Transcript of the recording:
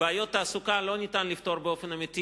ובעיות תעסוקה לא ניתן לפתור באופן אמיתי